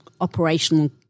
operational